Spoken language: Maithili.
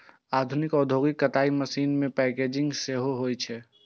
आधुनिक औद्योगिक कताइ मशीन मे पैकेजिंग सेहो होइ छै